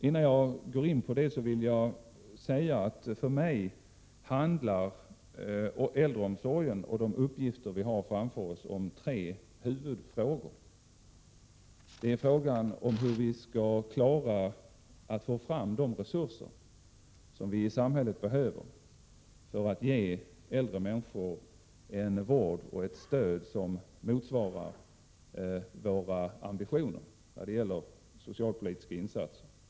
Innan jag går in på detta ämne vill jag säga att äldreomsorgen och de uppgifter som vi har framför oss handlar om tre huvudfrågor. För det första gäller det att få fram de resurser som samhället behöver för att vi skall kunna ge äldre människor den vård och det stöd som motsvarar våra ambitioner när det gäller socialpolitiska insatser.